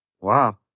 Wow